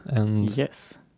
Yes